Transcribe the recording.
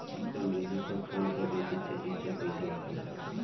चमेली क फूल क वृद्धि तेजी से कईसे होखेला?